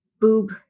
boob